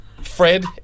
Fred